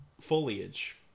foliage